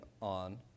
on